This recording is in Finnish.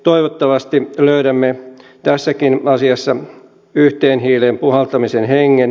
toivottavasti löydämme tässäkin asiassa yhteen hiileen puhaltamisen hengen